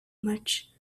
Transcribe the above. much